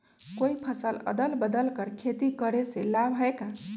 कोई फसल अदल बदल कर के खेती करे से लाभ है का?